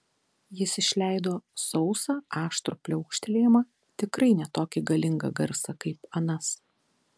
jis išleido sausą aštrų pliaukštelėjimą tikrai ne tokį galingą garsą kaip anas